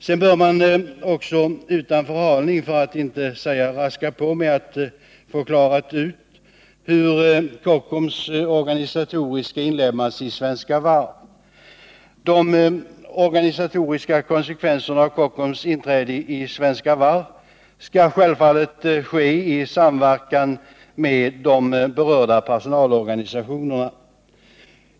Sedan bör man också utan förhalning — för att inte säga att man bör raska på med det — få utklarat hur Kockums organisatoriskt skall inlemmas i Svenska Varv. De organisatoriska konsekvenserna av Kockums inträde i Svenska Varv skall självfallet övervägas i samverkan med de berörda personalorganisationerna.